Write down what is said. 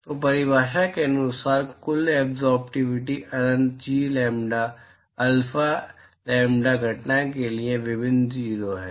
तो परिभाषा के अनुसार कुल एब्ज़ोर्बटिविटी अनंत जी लैम्ब्डा अल्फा लैम्ब्डा घटना के लिए अभिन्न 0 है